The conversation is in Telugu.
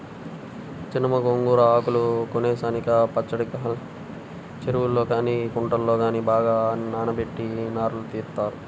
జనుము, గోంగూర ఆకులు కోసేసినాక పచ్చికాడల్ని చెరువుల్లో గానీ కుంటల్లో గానీ బాగా నానబెట్టి నారను తీత్తారు